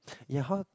ya how